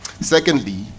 secondly